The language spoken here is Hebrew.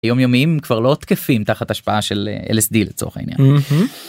יומיומים כבר לא תקפים, תחת השפעה של LSD לצורך העניין.